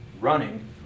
running